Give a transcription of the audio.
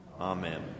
Amen